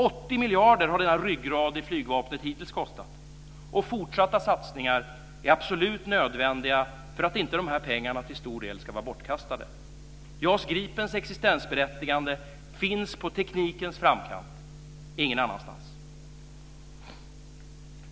80 miljarder har denna ryggrad i flygvapnet hittills kostat, och fortsatta satsningar är absolut nödvändiga för att dessa pengar inte till stor del ska vara bortkastade. JAS Gripens existensberättigande finns på teknikens framkant - ingen annanstans.